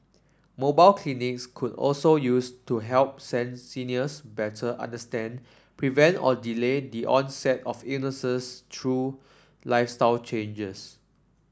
mobile clinics could also used to help seniors better understand prevent or delay the onset of illnesses true lifestyle changes